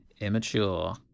Immature